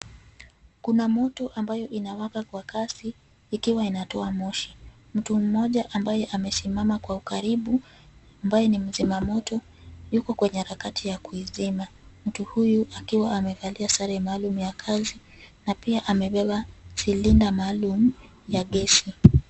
Kuna moto ambayo inawaka kwa kasi ikiwa inatoa moshi. Mtu mmoja ambaye amesiama kwa ukaribu ambaye ni mzima moto yuko kwenye arakati ya kuizima. Mtu huyu akiwa amevalia sare maalum ya kazi na pia amebeba silinda maalum ya gesi.